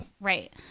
Right